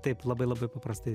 taip labai labai paprastai